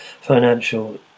financial